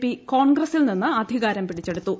P കോൺഗ്രസിൽ നിന്ന് അധികാരം പിടിച്ചെടുത്തു